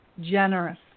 generous